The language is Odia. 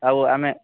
ଆଉ ଆମେ